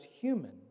human